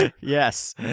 yes